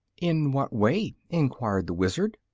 in what way? enquired the wizard.